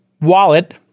wallet